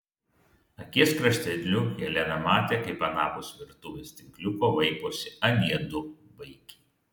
akies krašteliu helena matė kaip anapus virtuvės tinkliuko vaiposi anie du vaikiai